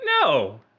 No